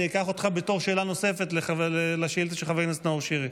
אני אקח אותך בתור שאלה נוספת לשאילתה של חבר הכנסת נאור שירי,